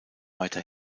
weiter